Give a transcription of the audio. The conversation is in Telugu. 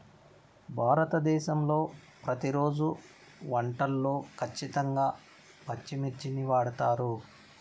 భారతదేశంలో ప్రతిరోజు వంటల్లో ఖచ్చితంగా పచ్చిమిర్చిని వాడుతారు